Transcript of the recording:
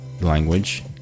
language